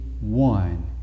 one